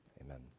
Amen